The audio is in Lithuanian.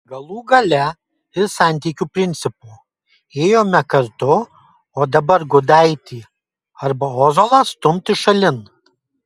galų gale ir santykių principo ėjome kartu o dabar gudaitį arba ozolą stumti šalin